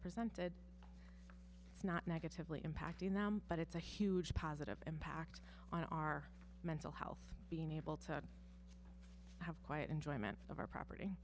presented it's not negatively impacting them but it's a huge positive impact on our mental health being able to have quiet enjoyment of our property